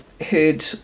heard